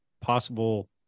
possible